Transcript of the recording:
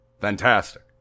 fantastic